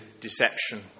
deception